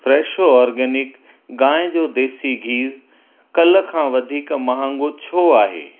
Fresho organic गाहिं जो देसी गिहु कल्ह खां वधीक महांगो छो आहे